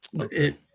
Okay